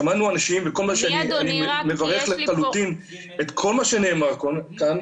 שמענו אנשים ואני מברך לחלוטין את כל מה שנאמר כאן.